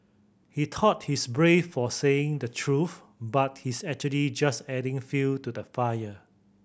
he thought he's brave for saying the truth but he's actually just adding fuel to the fire